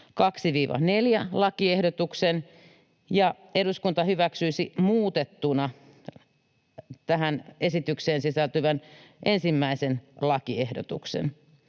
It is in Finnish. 2—4. lakiehdotukset, eduskunta hyväksyisi muutettuna tähän esitykseen sisältyvän 1. lakiehdotuksen